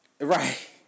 right